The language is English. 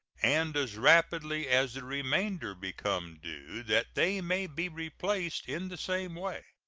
and as rapidly as the remainder become due that they may be replaced in the same way.